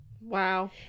Wow